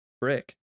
Brick